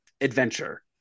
adventure